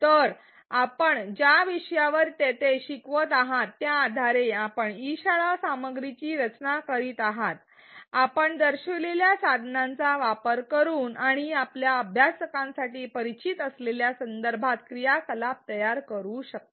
तर आपण ज्या विषयावर तेथे शिकवत आहात त्या आधारे आपण ई शाळा सामग्रीची रचना करीत आहात आपण दर्शविलेल्या साधनांचा वापर करून आणि आपल्या अभ्यासकांसाठी परिचित असलेल्या संदर्भात क्रियाकलाप तयार करू शकता